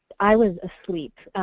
i was asleep.